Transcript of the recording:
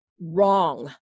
wrong